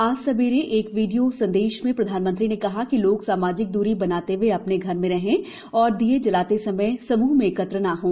आज सवेरे एक वीडियों संदेश में प्रधानमंत्री ने कहा कि लोग सामाजिक दूरी बनाते हुए अपने घर में रहें और दिए जलाते समय समूह में एकत्र न हों